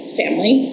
family